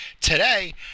Today